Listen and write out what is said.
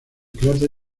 cráter